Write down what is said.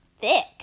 thick